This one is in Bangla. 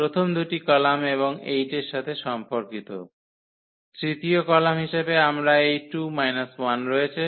প্রথম দুটি কলাম এবং 8 এর সাথে সম্পর্কিত তৃতীয় কলাম হিসাবে আমাদের এই 2 1 রয়েছে